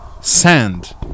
sand